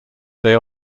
they